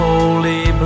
Holy